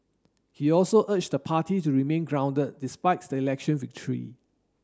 he also urged the party to remain grounded despites the election victory